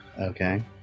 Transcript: Okay